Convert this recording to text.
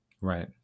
Right